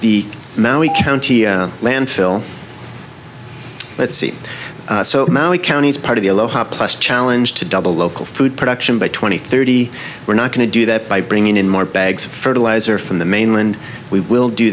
we counted a landfill let's see so now the county's part of the aloha plus challenge to double local food production by twenty thirty we're not going to do that by bringing in more bags of fertilizer from the mainland we will do